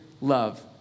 love